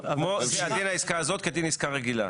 דין העסקה הזאת כדין עסקה רגילה.